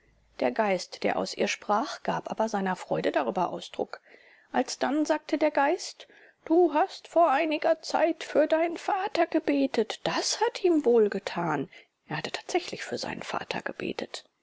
der geist der aus ihr sprach gab aber seiner freude darüber ausdruck alsdann sagte der geist du hast vor einiger zeit für dienen vater gebetet das hat ihm wohlgetan er hatte tatsächlich für seinen vater gebetet